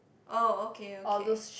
oh okay okay